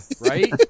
right